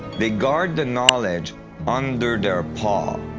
they guard the knowledge under their paw.